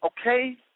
Okay